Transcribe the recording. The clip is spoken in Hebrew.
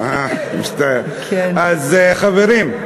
חברים,